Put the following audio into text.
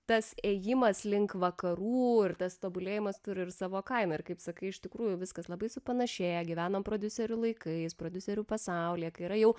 tas ėjimas link vakarų ir tas tobulėjimas turi ir savo kainą ir kaip sakai iš tikrųjų viskas labai supanašėję gyvenam prodiuserių laikais prodiuserių pasaulyje kai yra jau